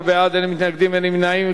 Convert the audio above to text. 15 בעד, אין מתנגדים, אין נמנעים.